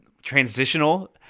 transitional